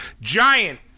Giant